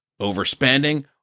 Overspending